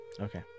Okay